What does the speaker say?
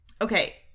Okay